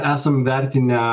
esam vertinę